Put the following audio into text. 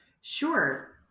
Sure